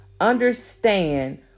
understand